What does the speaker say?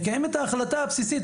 לקיים את ההחלטה הבסיסית המקצועית,